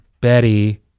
Betty